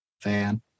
fan